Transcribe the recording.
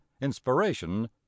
inspiration